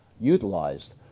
utilized